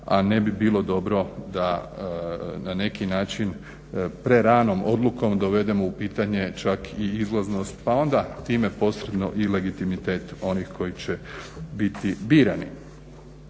a ne bi bilo dobro na neki način preranom odlukom dovedemo u pitanje čak i izlaznost pa onda time posredno i legitimitet onih koji će biti birani.